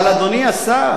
אבל, אדוני השר,